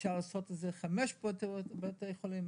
אפשר לעשות את זה חמישה בבתי חולים,